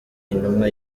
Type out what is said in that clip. intumwa